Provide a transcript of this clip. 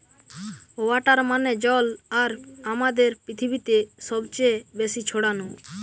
water মানে জল আর আমাদের পৃথিবীতে সবচে বেশি ছড়ানো